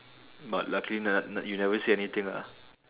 but lucky ne~ n~ you never see anything ah